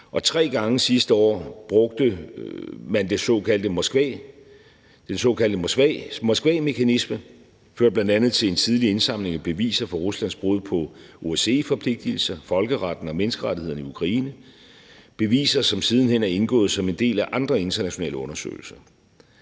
Og tre gange sidste år brugte man den såkaldte Moskvamekanisme. Det førte bl.a. til en tidlig indsamling af beviser på Ruslands brud på OSCE-forpligtigelser, folkeretten og menneskerettighederne i Ukraine. Det er beviser, som siden hen er indgået som en del af andre internationale undersøgelser.